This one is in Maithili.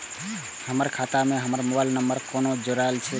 हमर खाता मे हमर मोबाइल नम्बर कोना जोरल जेतै?